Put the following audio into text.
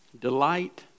Delight